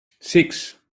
six